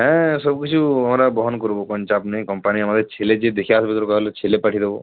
হ্যাঁ সব কিছু আমরা বহন করবো কোন চাপ নেই কম্পানি আমাদের ছেলে যেয়ে দেখে আসবে দরকার হলে ছেলে পাঠিয়ে দেবো